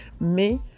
mais